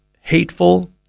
hateful